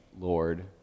Lord